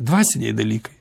dvasiniai dalykai